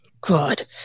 Good